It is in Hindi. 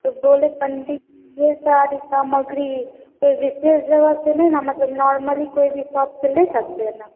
तो बोले पंडित ये सारे सामग्री कोई विशेस जगह से नहीं न मतलब नॉर्मली कोई शॉप से ले सकते हैं न